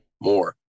more